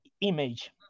image